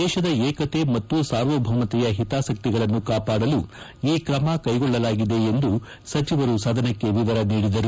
ದೇಶದ ಏಕಕೆ ಮತ್ತು ಸಾರ್ವಭೌಮತೆಯ ಹಿತಾಸಕ್ತಿಗಳನ್ನು ಕಾವಾಡಲು ಈ ತ್ರಮ ಕೈಗೊಳ್ಳಲಾಗಿದೆ ಎಂದು ಸಚಿವರು ಸದನಕ್ಕೆ ವಿವರ ನೀಡಿದರು